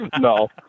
no